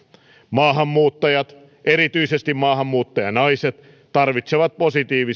maahanmuuttajat erityisesti maahanmuuttajanaiset tarvitsevat positiivisia